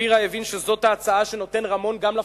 שפירו הבין שזו ההצעה שנותן רמון גם לפלסטינים.